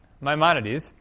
Maimonides